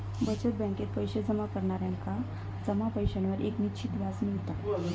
बचत बॅकेत पैशे जमा करणार्यांका जमा पैशांवर एक निश्चित व्याज मिळता